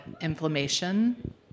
inflammation